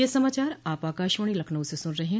ब्रे क यह समाचार आप आकाशवाणी लखनऊ से सुन रहे हैं